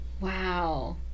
Wow